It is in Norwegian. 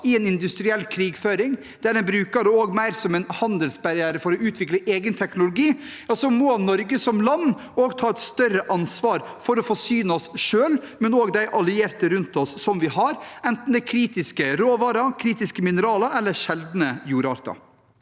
i industriell krigføring, og der en også bruker det mer som en handelsbarriere for å utvikle egen teknologi, må Norge som land ta et større ansvar for å forsyne oss selv og de allierte vi har rundt oss, enten det er med kritiske råvarer, kritiske mineraler eller sjeldne jordarter.